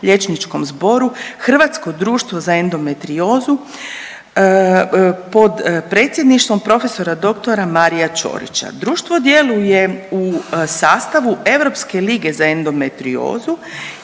liječničkom zboru Hrvatsko društvo za endometriozu pod predsjedništvom profesora dr. Marija Čorića. Društvo djeluje u sastavu Europske lige za endometriozu,